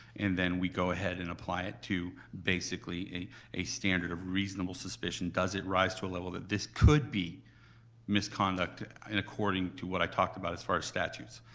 and then we go ahead and apply it to basically a a standard of reasonable suspicion, does it rise to a level that this could be misconduct, and according to what i talked about as far as statutes?